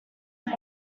who